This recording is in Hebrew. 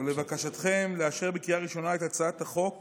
ולבקשכם לאשר בקריאה ראשונה את הצעת חוק